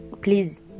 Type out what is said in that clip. please